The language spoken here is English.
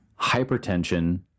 hypertension